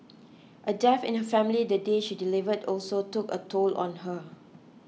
a death in her family the day she delivered also took a toll on her